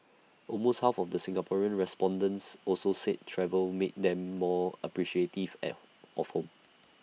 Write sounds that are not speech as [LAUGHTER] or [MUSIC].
almost half of the Singaporean respondents also said travel made them more appreciative [UNINTELLIGIBLE] of home